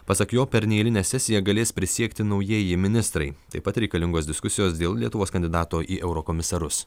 pasak jo per neeilinę sesiją galės prisiekti naujieji ministrai taip pat reikalingos diskusijos dėl lietuvos kandidato į eurokomisarus